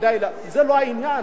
זה לא העניין.